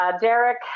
Derek